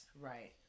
right